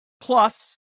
Plus